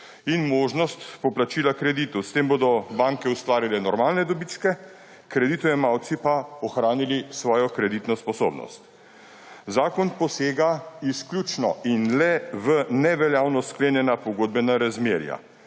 in možnost poplačila kreditov. S tem bodo banke ustvarile normalne dobičke, kreditojemalci pa ohranili svojo kreditno sposobnost. Zakon posega izključno in le v neveljavno sklenjena pogodbena razmerja.